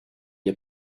est